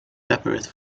separate